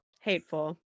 Hateful